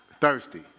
Thirsty